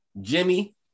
jimmy